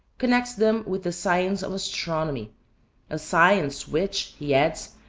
connects them with the science of astronomy a science which, he adds,